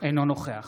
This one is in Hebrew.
אינו נוכח